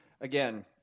again